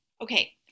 Okay